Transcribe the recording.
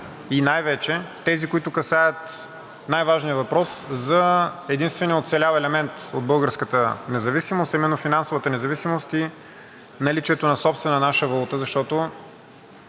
и най-вече тези, които касаят най-важния въпрос за единствения оцелял елемент от българската независимост, а именно финансовата независимост и наличието на собствена наша валута, защото